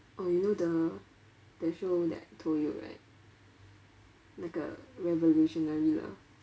oh you know the the show that I told you right 那个 revolutionary 的